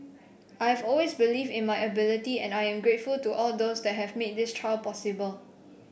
I have always believed in my ability and I am grateful to all those that have made this trial possible